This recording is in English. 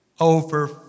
over